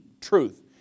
truth